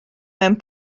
mewn